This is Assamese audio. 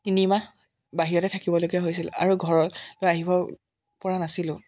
তিনিমাহ বাহিৰতে থাকিবলগীয়া হৈছিল আৰু ঘৰলৈ আহিব পৰা নাছিলোঁ